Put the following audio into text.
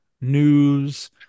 news